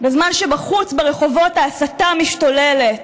בזמן שבחוץ, ברחובות, ההסתה משתוללת,